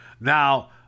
Now